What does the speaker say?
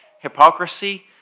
hypocrisy